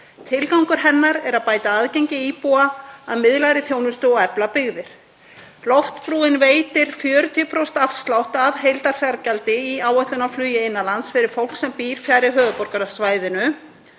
Tilgangur hennar er að bæta aðgengi íbúa að miðlægri þjónustu og efla byggðir. Loftbrúin veitir 40% afslátt af heildarfargjaldi í áætlunarflugi innan lands fyrir fólk sem býr fjarri höfuðborgarsvæðinu.